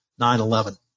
9-11